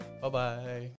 Bye-bye